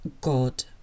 God